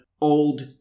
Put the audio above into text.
old